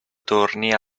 torni